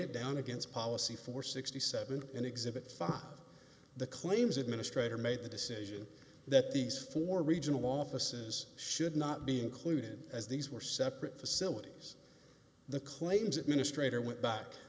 it down against policy for sixty seven and exhibit five the claims administrator made the decision that these four regional offices should not be included as these were separate facilities the claims administrator went back